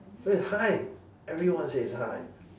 eh hi everyone says hi